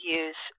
use